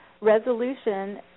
resolution